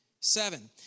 Seven